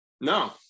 No